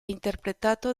interpretato